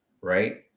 right